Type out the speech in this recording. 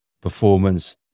performance